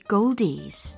Goldies